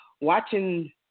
watching